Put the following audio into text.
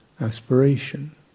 Aspiration